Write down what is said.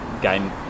game